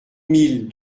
mille